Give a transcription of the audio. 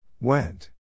Went